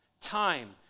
time